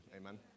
Amen